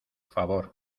favor